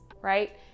right